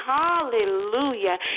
Hallelujah